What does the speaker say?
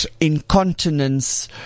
incontinence